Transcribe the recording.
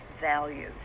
values